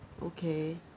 okay